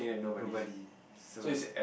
nobody so